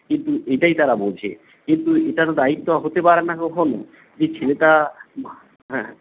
কিন্তু এটাই তারা বোঝে কিন্তু এটার দায়িত্ব হতে পারে না কখনো যে ছেলেটা হ্যাঁ